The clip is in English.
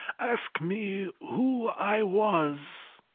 ask me who i was.